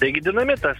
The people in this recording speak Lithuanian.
taigi dinamitas